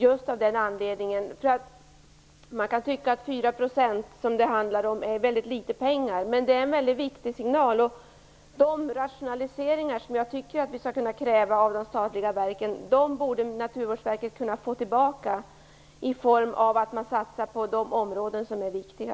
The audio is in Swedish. Man kan tycka att 4 %, som det handlar om, är väldigt litet pengar. Men det gäller en viktig signal. Jag tycker att vi skall kunna kräva rationaliseringar av de statliga verken, men Naturvårdsverket borde få tillbaka något, eftersom man satsar på de områden som är viktiga.